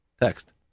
Text